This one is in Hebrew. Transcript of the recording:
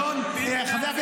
אלעזר,